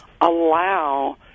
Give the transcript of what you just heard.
allow